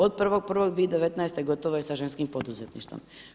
Od 1.1.2019. gotovo je sa ženskim poduzetništvom.